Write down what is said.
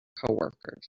coworkers